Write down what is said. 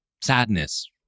sadness